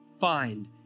find